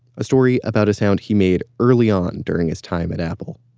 a story about a sound he made early on during his time at apple.